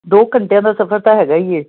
ਦੋ ਘੰਟਿਆਂ ਦਾ ਸਫਰ ਤਾਂ ਹੈਗਾ ਹੀ ਏ